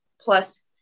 Plus